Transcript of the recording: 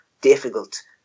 difficult